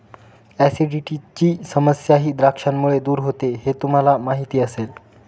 ऍसिडिटीची समस्याही द्राक्षांमुळे दूर होते हे तुम्हाला माहिती असेल